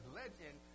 legend